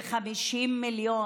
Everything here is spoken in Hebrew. ועל 50 מיליון